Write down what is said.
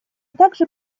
также